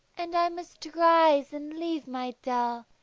and i must rise and leave my dell,